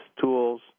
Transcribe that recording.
tools